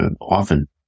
often